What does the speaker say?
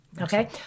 Okay